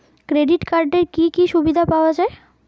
Credit কার্ডের কি কি সুবিধা পাওয়া যায়?